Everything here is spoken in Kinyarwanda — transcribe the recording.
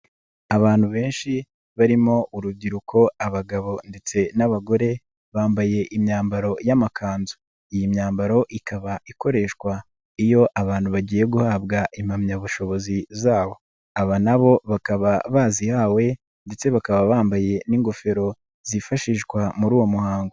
Abantu benshi barimo urubyiruko, abagabo ndetse n'abagore bambaye imyambaro y'amakanzu, iyi myambaro ikaba ikoreshwa iyo abantu bagiye guhabwa impamyabushobozi zabo, aba na bo bakaba bazihawe ndetse bakaba bambaye n'ingofero zifashishwa muri uwo muhango.